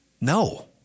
No